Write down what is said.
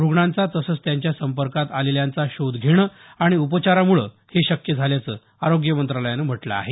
रुग्णांचा तसंच त्यांच्या संपर्कात आलेल्यांचा शोध घेणं आणि उपचारामुळे हे शक्य झाल्याचं आरोग्य मंत्रालयानं म्हटलं आहे